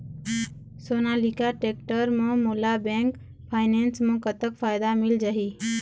Sonalika tractor म मोला bank finance म कतक फायदा मिल जाही?